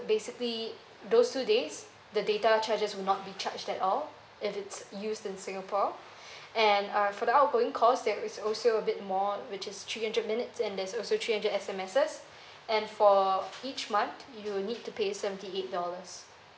basically those two days the data charges will not be charged at all if it's used in singapore and uh for the outgoing calls there is also a bit more which is three hundred minutes and there's also three hundred S_M_Ses and for each month you'll need to pay seventy eight dollars